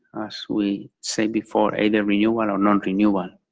as we said before, either renewable or nonrenewable.